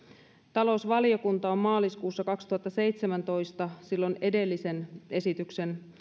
talousvaliokunta on maaliskuussa kaksituhattaseitsemäntoista silloin edellisen esityksen